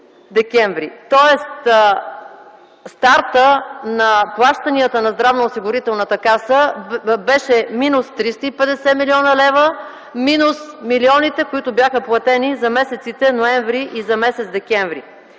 Тоест стартът на плащанията на Здравноосигурителната каса беше минус 350 млн. лв., минус милионите, които бяха платени за месеците ноември и декември.